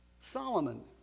Solomon